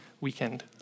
weekend